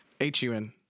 H-U-N